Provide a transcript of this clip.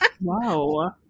Wow